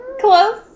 Close